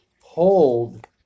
hold